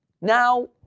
Now